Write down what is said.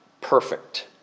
perfect